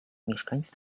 mieszkańcy